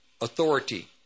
authority